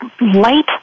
light